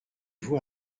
vous